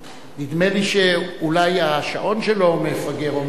נדמה לי שאולי השעון שלו מפגר או משהו.